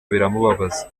biramubabaza